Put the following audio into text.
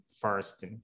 first